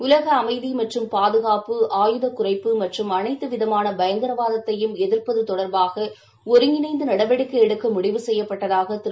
உலகஅமைதிமற்றும் பாதுகாப்பு ஆயுதங்கள் குறைப்பு மற்றும் அனைத்துவிதமானபயங்கரவாதத்தையும் எதிர்ப்பதுதொடர்பாகஒருங்கிணைந்துநடவடிக்கைஎடுக்கமுடிவு செய்யப்பட்டதாகதிரு